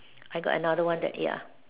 I got another one that ya